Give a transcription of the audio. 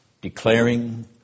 declaring